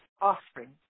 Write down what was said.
offspring